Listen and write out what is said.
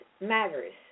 matters